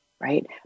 right